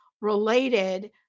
related